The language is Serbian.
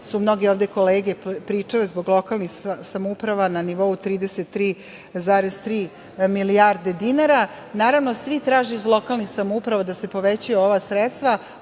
su mnoge kolege pričale zbog lokalnih samouprava na nivou 33,3 milijarde dinara. Naravno, svi traže iz lokalnih samouprava da se povećaju ova sredstva,